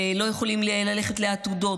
לא יכולים ללכת לעתודות,